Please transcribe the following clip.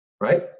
right